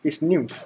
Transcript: is nymph